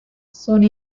sono